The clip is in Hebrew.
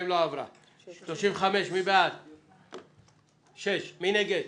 הצבעה בעד, 6 נגד,